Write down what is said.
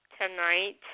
tonight